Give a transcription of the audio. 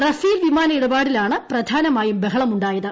Rafale വിമാനം ഇടപാടിലാണ് പ്രധാനമായും ബഹളമു ായത്